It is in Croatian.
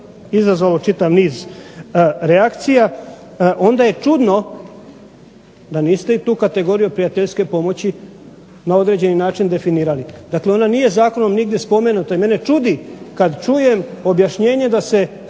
izazvalo čitav niz reakcija, onda je čudno da niste tu kategoriju prijateljske pomoći na određeni način definirali, dakle ona nije Zakonom nigdje spomenuta i mene čudi kada čujem objašnjenje da je